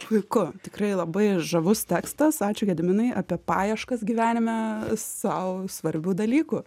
puiku tikrai labai žavus tekstas ačiū gediminai apie paieškas gyvenime sau svarbių dalykų